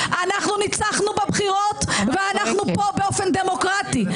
אנחנו ניצחנו בבחירות, ואנחנו פה באופן דמוקרטי.